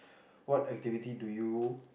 what activity do you